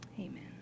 Amen